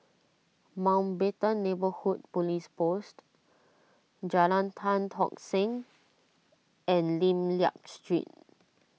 Mountbatten Neighbourhood Police Post Jalan Tan Tock Seng and Lim Liak Street